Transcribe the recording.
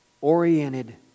oriented